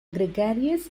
gregarious